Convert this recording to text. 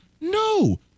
No